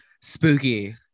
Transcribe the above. spooky